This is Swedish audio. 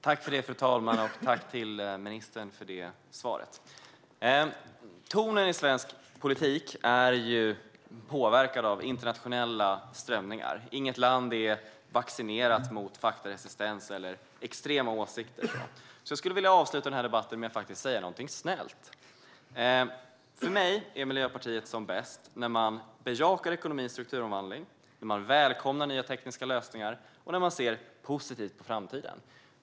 Fru talman! Tack, ministern, för svaret! Tonen i svensk politik är påverkad av internationella strömningar. Inget land är vaccinerat mot faktaresistens eller extrema åsikter. Jag skulle vilja avsluta debatten med att säga något snällt. För mig är Miljöpartiet som bäst när man bejakar ekonomins strukturomvandling, välkomnar nya tekniska lösningar och ser positivt på framtiden.